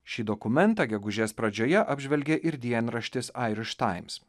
šį dokumentą gegužės pradžioje apžvelgia ir dienraštis airiš taims